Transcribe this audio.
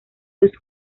los